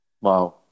Wow